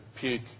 peak